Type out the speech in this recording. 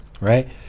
right